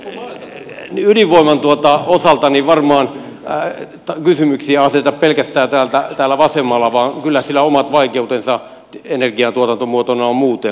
ei tässä nyt ydinvoiman osalta varmaan kysymyksiä aseteta pelkästään täällä vasemmalla vaan kyllä sillä omat vaikeutensa energiantuotantomuotona on muutoinkin